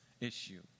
issue